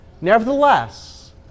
nevertheless